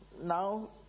Now